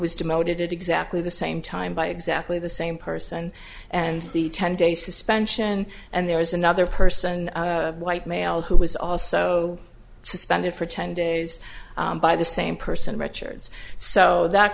was demoted at exactly the same time by exactly the same person and the ten day suspension and there is another person white male who was also suspended for ten days by the same person richards so that